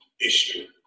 issue